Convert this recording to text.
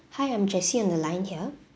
hi I'm jessie on the line here